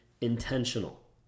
intentional